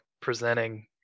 presenting